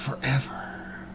forever